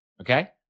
Okay